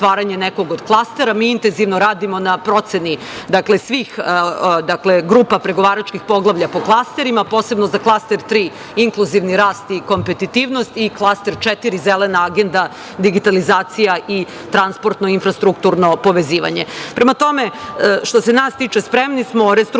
nekog od klastera. Mi intenzivno radimo na proceni svih grupa, pregovaračkih poglavlja po klasterima. Posebno za klaster tri – inkluzivni rast i kompetitivnost i klaster četiri – zelena agenda digitalizacija i transportno-infrastrukturno povezivanje. Prema tome što se nas tiče spremni smo, restrukturirano